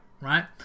right